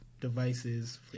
devices